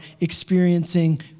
experiencing